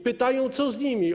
Pytają, co z nimi.